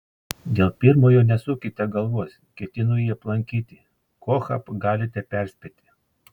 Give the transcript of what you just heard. dėl pirmojo nesukite galvos ketinu jį aplankyti kochą galite perspėti